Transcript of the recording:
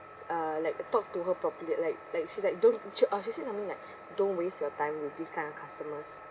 uh like talk to her properly like like she's like don't she uh she said something like don't waste your time with this kind of customer